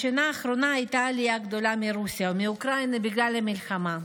בשנה האחרונה הייתה עלייה גדולה מרוסיה ומאוקראינה בגלל המלחמה.